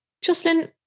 Jocelyn